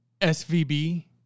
SVB